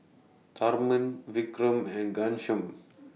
Tharman Vikram and Ghanshyam